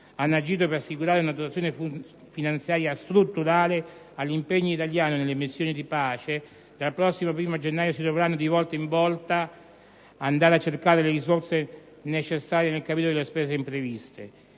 hanno agito per assicurare una dotazione finanziaria strutturale all'impegno italiano nelle missioni di pace, dal prossimo 1° gennaio si dovranno di volta in volta andare a cercare le risorse necessarie nel capitolo delle spese impreviste.